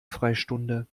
freistunde